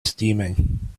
steaming